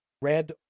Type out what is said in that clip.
Red